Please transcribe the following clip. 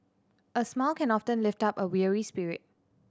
a smile can often lift up a weary spirit